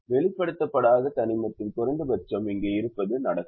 எனவே வெளிப்படுத்தப்படாத தனிமத்தின் குறைந்தபட்சம் இங்கே இருப்பது நடக்கும்